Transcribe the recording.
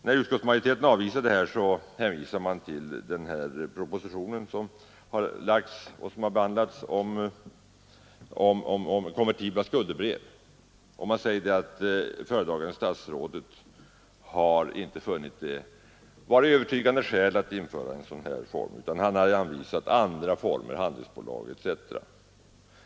När utskottsmajoriteten avvisar förslaget om en sådan aktiebolagsform hänvisar man till den framlagda och behandlade propositionen om konvertibla skuldebrev. Utskottsmajoriteten säger att föredragande statsrådet inte har funnit övertygande skäl för att införa en sådan form utan har anvisat andra former, handelsbolag etc.